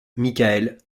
michael